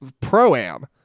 Pro-am